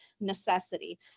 necessity